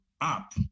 up